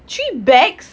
three bags